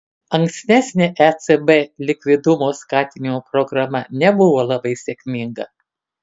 ankstesnė ecb likvidumo skatinimo programa nebuvo labai sėkminga